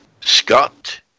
Scott